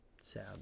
Sad